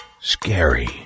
scary